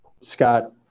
Scott